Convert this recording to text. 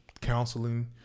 counseling